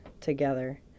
together